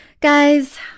Guys